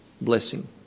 blessing